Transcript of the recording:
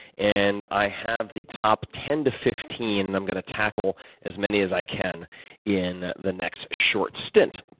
and i have the top ten to fifteen. i'm gonna tackle as many as i can in the next short stint,